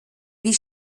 wie